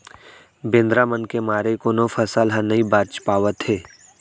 बेंदरा मन के मारे कोनो फसल ह नइ बाच पावत हे